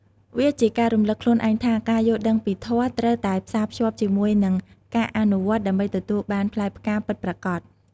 វាជាការរំលឹកខ្លួនឯងថា ការយល់ដឹងពីធម៌ត្រូវតែផ្សារភ្ជាប់ជាមួយនឹងការអនុវត្តដើម្បីទទួលបានផ្លែផ្កាពិតប្រាកដ។